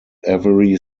every